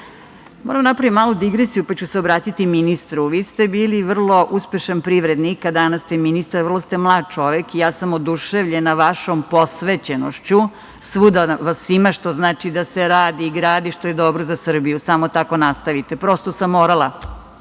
da napravim jednu malu digresiju, pa ću se obratiti ministru. Vi ste bili vrlo uspešan privrednik, a danas ste ministar. Vrlo ste mlad čovek. Ja sam oduševljena vašom posvećenošću. Svuda vas ima, što znači da se radi i gradi, što je dobro za Srbiju. Samo tako nastavite. Prosto sam morala